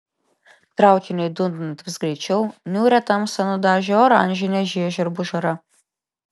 traukiniui dundant vis greičiau niūrią tamsą nudažė oranžinė žiežirbų žara